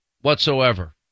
whatsoever